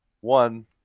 One